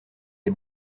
des